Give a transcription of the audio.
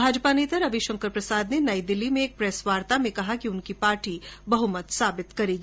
भाजपा नेता रवि शंकर प्रसाद नई दिल्ली में एक प्रेस वार्ता में कहा कि उनकी पार्टी बहमत साबित करेगी